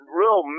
real